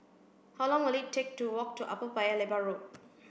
how long will it take to walk to Upper Paya Lebar Road